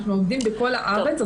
אנחנו עובדים בכל הארץ.